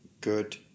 Good